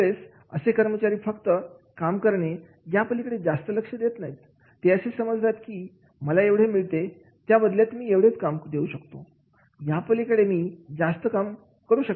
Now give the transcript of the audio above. आणि यावेळेस असे कर्मचारी फक्त काम करणे या पलीकडे जास्त लक्ष देत नाही ते असे समजतात की मला एवढे मिळते त्या बदल्यात मी एवढेच काम देऊ शकतो यापलीकडे मी जास्त काम करू शकत नाही